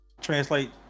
translate